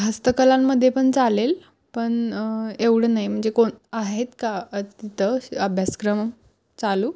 हस्तकलांमध्ये पण चालेल पण एवढं नाही म्हणजे कोण आहेत का तिथं अभ्यासक्रम चालू